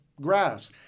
grass